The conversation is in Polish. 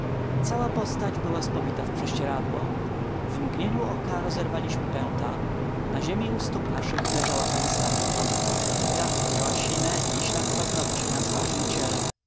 cała postać była spowita w prześcieradło w mgnieniu oka rozerwaliśmy pęta na ziemi u stóp naszych leżała pani stapleton gardło miała sine i ślady paznogci na twarzy i ciele